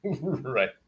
right